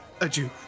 adieu